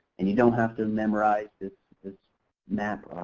and you don't have to memorize this this map,